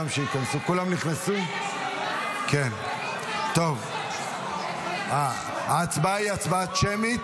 לבקשת הממשלה ההצבעה היא הצבעה שמית.